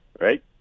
right